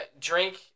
drink